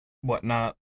whatnot